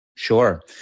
Sure